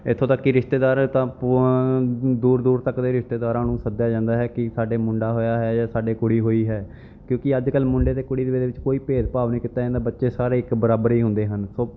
ਇੱਥੋਂ ਤੱਕ ਕਿ ਰਿਸ਼ਤੇਦਾਰ ਤਾਂ ਦੂਰ ਦੂਰ ਤੱਕ ਦੇ ਰਿਸ਼ਤੇਦਾਰਾਂ ਨੂੰ ਸੱਦਿਆ ਜਾਂਦਾ ਹੈ ਕਿ ਸਾਡੇ ਮੁੰਡਾ ਹੋਇਆ ਹੈ ਜਾਂ ਸਾਡੇ ਕੁੜੀ ਹੋਈ ਹੈ ਕਿਉਂਕਿ ਅੱਜ ਕੱਲ੍ਹ ਮੁੰਡੇ ਅਤੇ ਕੁੜੀ ਦੇ ਵਿੱਚ ਕੋਈ ਭੇਦਭਾਵ ਨਹੀਂ ਕੀਤਾ ਜਾਂਦਾ ਬੱਚੇ ਸਾਰੇ ਇੱਕ ਬਰਾਬਰ ਹੀ ਹੁੰਦੇ ਹਨ ਸੋ